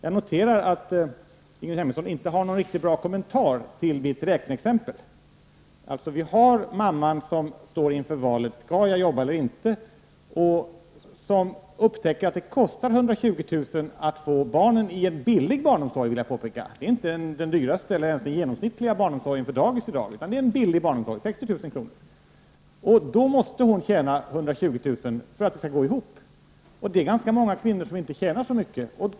Jag noterar att Ingrid Hemmingsson inte har någon riktigt bra kommentar till mitt räkneexempel. Vi har alltså mamman som står inför valet att arbeta eller inte. Hon upptäcker att det kostar 120 000 kr. att få en billig barnomsorg för barnen. Det är inte den dyraste eller inte ens den genomsnittliga barnomsorgen på dagis utan en billig barnomsorg, och den kostar 60 000 kr. Då måste mamman tjäna 120 000 kr. för att det skall gå ihop. Det är ganska många kvinnor som inte tjänar så mycket.